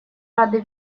рады